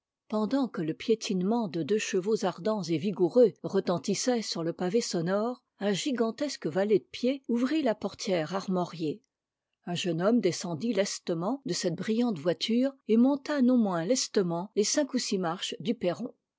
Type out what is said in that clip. pendant que le piétinement de deux chevaux ardents et vigoureux retentissait sur le pavé sonore un gigantesque valet de pied ouvrit la portière armoriée un jeune homme descendit lestement de cette brillante voiture et monta non moins lestement les cinq ou six marches du perron